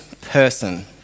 person